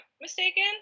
mistaken